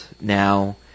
now